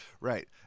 right